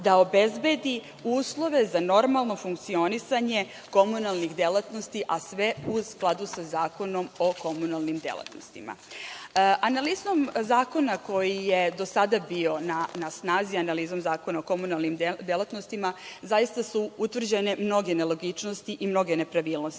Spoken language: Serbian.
da obezbedi uslove za normalno funkcionisanje komunalnih delatnosti, a sve u skladu sa Zakonom o komunalnim delatnostima. Analizom zakona koji je do sada bio na snazi, analizom Zakona o komunalnim delatnostima, zaista su utvrđene mnoge nelogičnosti i mnoge nepravilnosti.